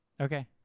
Okay